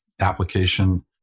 application